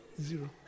zero